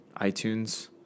iTunes